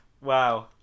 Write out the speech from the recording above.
Wow